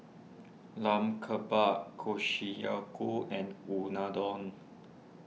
Lamb Kebabs and Unadon